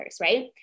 right